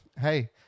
hey